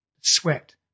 Sweat